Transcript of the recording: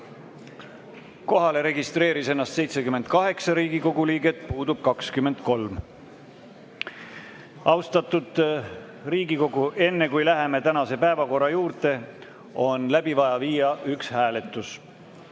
Kohalolijaks registreeris ennast 78 Riigikogu liiget, puudub 23. Austatud Riigikogu! Enne kui läheme tänase päevakorra juurde, on vaja läbi viia üks hääletus.